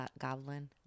goblin